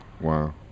Wow